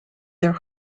their